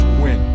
win